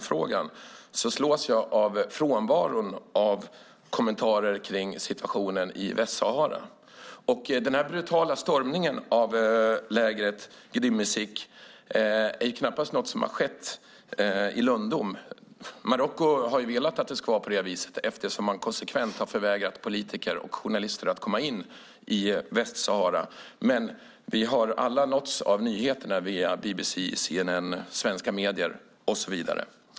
Men samtidigt slås jag av frånvaron av kommentarer om situationen i Västsahara. Den brutala stormningen av lägret Gdeim Izik är ju knappast något som har skett i lönndom. Marocko har dock velat att det skulle vara på det viset eftersom man konsekvent har vägrat politiker och journalister att komma in i Västsahara, men vi har alla nåtts av nyheterna via BBC, CNN, svenska medier och så vidare.